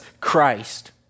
Christ